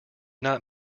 not